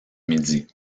midi